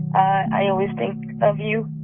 i always think of you.